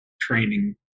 training